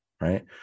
right